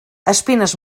espines